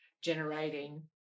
generating